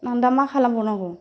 आं दा मा खालाम बावनांगौ